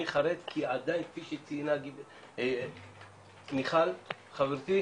אני חרד כי עדיין כפי שציינה מיכל חברתי,